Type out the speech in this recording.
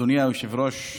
אדוני היושב-ראש,